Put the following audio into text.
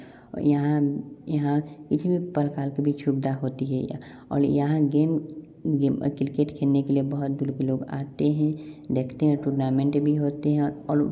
और यहाँ यहाँ किसी भी प्रकार की भी सुविधा होता है यहाँ और यहाँ गेम गेम किरकेट खेलने के लिए बहुत दूर के लोग आते हैं देखते हैं टूर्नामेंट भी होते हैं और